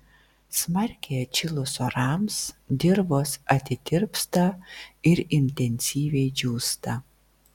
smarkiai atšilus orams dirvos atitirpsta ir intensyviai džiūsta